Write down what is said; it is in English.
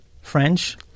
French